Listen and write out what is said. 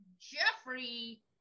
Jeffrey